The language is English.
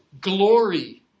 glory